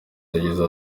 yagize